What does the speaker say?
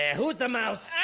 who's the mouse?